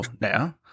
now